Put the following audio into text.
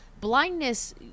blindness